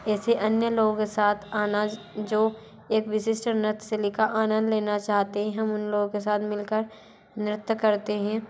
ऐसे अन्य लोगों के साथ आना जो एक विशिष्ट उन्नत शैली का आनंद लेना चाहते हहैं हम उन लोगों के साथ मिल कर नृत्य करते हैं